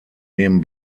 neben